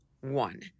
one